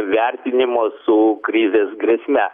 vertinimo su krizės grėsme